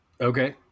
Okay